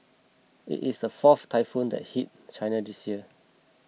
it is the fourth typhoon to hit China this year